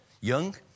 young